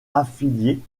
affiliée